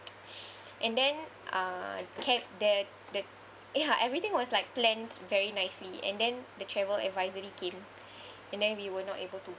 and then uh cap the the ya everything was like planned very nicely and then the travel advisory came and then we were not able to